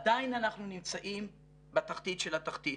עדיין אנחנו נמצאים בתחתית של התחתית.